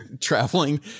traveling